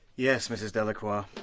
yes, mrs delacroix.